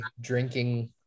drinking